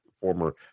former